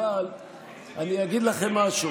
אבל אני אגיד לכם משהו.